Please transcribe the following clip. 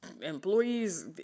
Employees